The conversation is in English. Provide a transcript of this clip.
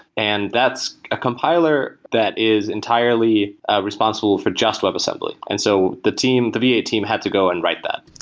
and that's a compiler that is entirely responsible for just webassembly. and so the team, the v eight team had to go and write that.